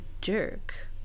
jerk